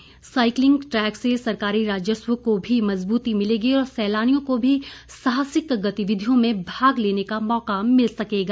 sky cycling track से सरकारी राजस्व को भी मजबूती मिलेगी और सैलानियों को भी साहसिक गतिविधियों में भाग लेने का मौका मिल सकेगा